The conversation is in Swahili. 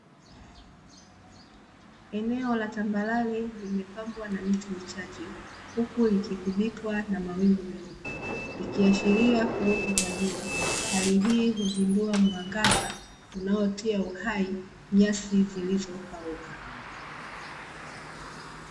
Eneo la tambarare limepambwa na miti michache, huku likigubikwa na mawingu meupe, ikiashiria kuwepo kwa jua. Hali hii huzindua muangaza, unaotia uhai nyasi zilizo kauka.